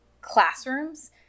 classrooms